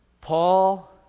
Paul